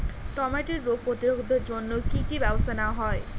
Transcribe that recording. টমেটোর রোগ প্রতিরোধে জন্য কি কী ব্যবস্থা নেওয়া হয়?